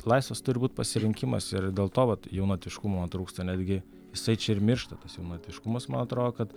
laisvas turi būt pasirinkimas ir dėl to vat jaunatviškumo trūksta netgi jisai čia ir miršta tas jaunatviškumas man atrodo kad